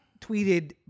tweeted